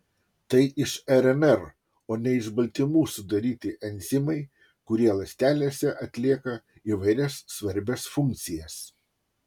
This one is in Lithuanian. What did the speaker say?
tai iš rnr o ne iš baltymų sudaryti enzimai kurie ląstelėse atlieka įvairias svarbias funkcijas